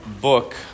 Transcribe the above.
book